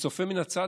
צופה מן הצד,